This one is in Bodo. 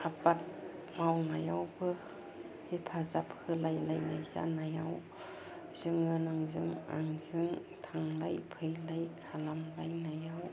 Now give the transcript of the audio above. आबाद मावनायावबो हेफाजाब होलायलायनाय जानायाव जोङो नोंजों आंजों थांलाय फैलाय खालामलायनायाव